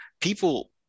people